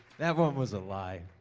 that one was a lie.